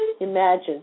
Imagine